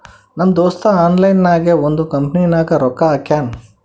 ನಮ್ ದೋಸ್ತ ಆನ್ಲೈನ್ ನಾಗೆ ಒಂದ್ ಕಂಪನಿನಾಗ್ ರೊಕ್ಕಾ ಹಾಕ್ಯಾನ್